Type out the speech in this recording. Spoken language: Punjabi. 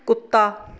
ਕੁੱਤਾ